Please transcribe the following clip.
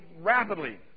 rapidly